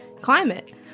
climate